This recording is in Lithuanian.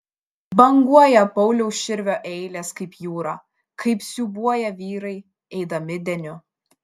banguoja pauliaus širvio eilės kaip jūra kaip siūbuoja vyrai eidami deniu